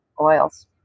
oils